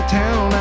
town